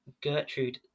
Gertrude